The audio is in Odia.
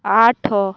ଆଠ